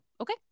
okay